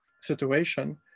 situation